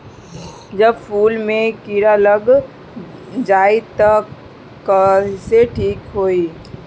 जब फूल मे किरा लग जाई त कइसे ठिक होई?